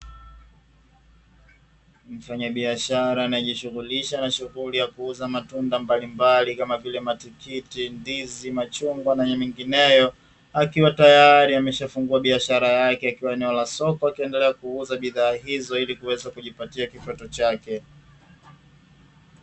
Mfanyabiashara anayejishughulisha na shughuli ya kuuza matunda mbalimbali, kama vile: matikiti, ndizi, machungwa na mengineyo, akiwa tayari ameshafungua biashara yake, akiwa eneo la soko akiendelea kuuza bidhaa hizo ili kuweza kujipatia kipato chake.